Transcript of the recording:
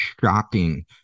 shocking